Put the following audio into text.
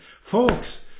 folks